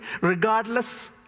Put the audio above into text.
Regardless